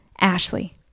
Ashley